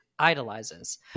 idolizes